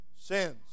sins